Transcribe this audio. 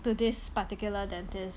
to this particular dentist